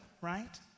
right